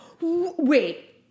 Wait